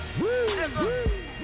Woo